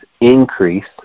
increase